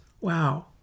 Wow